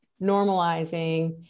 normalizing